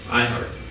iHeart